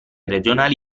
regionali